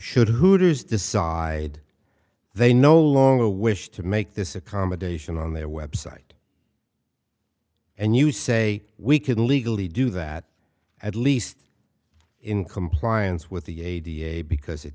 should hooters decide they no longer wish to make this accommodation on their website and you say we can legally do that at least in compliance with the